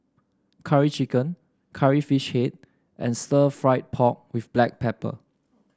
Curry Chicken Curry Fish Head and Stir Fried Pork with Black Pepper